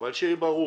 אבל, שיהיה ברור: